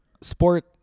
sport